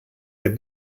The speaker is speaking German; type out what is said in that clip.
der